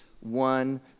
one